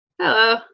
Hello